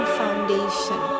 foundation